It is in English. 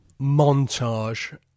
montage